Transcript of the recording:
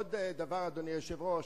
עוד דבר, אדוני היושב-ראש,